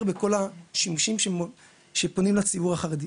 בכל השימושים שפונים לציבור החרדי.